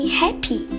happy